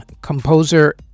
Composer